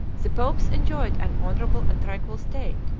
the popes enjoyed an honorable and tranquil state,